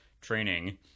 Training